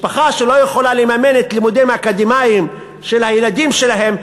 משפחה שלא יכולה לממן לימודים אקדמיים של הילדים שלהם,